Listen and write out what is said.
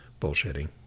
bullshitting